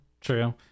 true